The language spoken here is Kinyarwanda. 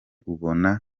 ubona